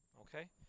okay